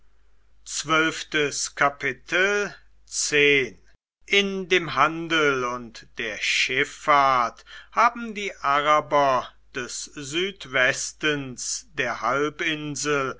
in dem handel und der schiffahrt haben die araber des südwestens der halbinsel